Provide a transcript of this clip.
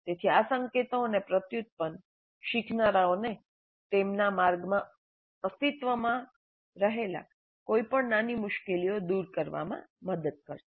તેથી આ સંકેતો અને પ્રત્યુત્પન શીખનારાઓને તેમના માર્ગમાં અસ્તિત્વમાં રહેલા કોઈપણ નાની મુશ્કેલીઓ દૂર કરવામાં મદદ કરશે